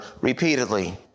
repeatedly